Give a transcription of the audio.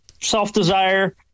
self-desire